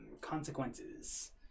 consequences